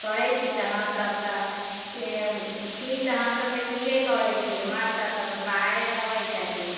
करै छी तऽ हमसभ तऽ छी तऽ हमसभ तऽ किहे करै छियै मर्द सभ तऽ अपन बाहरे रहै छथिन